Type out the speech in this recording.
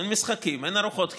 אין משחקים ואין ארוחות חינם: